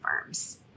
firms